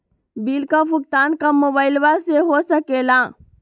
Bill का भुगतान का मोबाइलवा से हो सके ला?